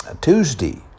Tuesday